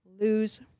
lose